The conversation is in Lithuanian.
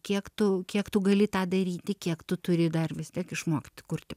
kiek tu kiek tu gali tą daryti tu turi dar vis tiek išmokt kurti